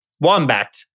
Wombat